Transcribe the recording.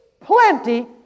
plenty